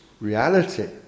reality